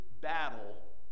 battle